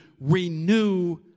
renew